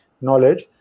knowledge